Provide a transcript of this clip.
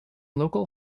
local